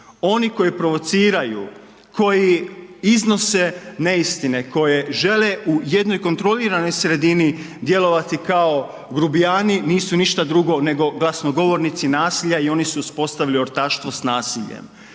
Oni koji provociraju, koji iznose neistine koje žele u jednoj kontroliranoj sredini djelovati kao grubijani nisu ništa drugo nego glasnogovornici nasilja i oni su uspostavili ortaštvo s nasiljem.